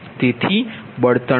તેથી બળતણ કિંમત C150041Pg10